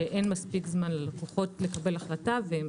שאין מספיק זמן ללקוחות לקבל החלטה והם